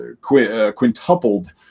quintupled